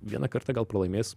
vieną kartą gal pralaimės